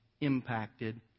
impacted